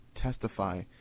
testify